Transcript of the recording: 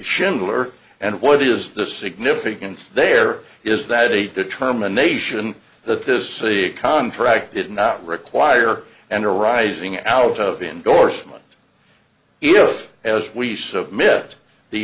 schindler and what is the significance there is that a determination that this the contract did not require and arising out of endorsement if as we submit the